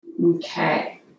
Okay